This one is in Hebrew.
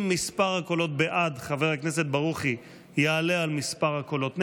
אם מספר הקולות בעד חבר הכנסת ברוכי יעלה על מספר הקולות נגד,